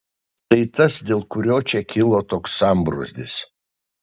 tai tas dėl kurio čia kilo toks sambrūzdis